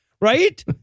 right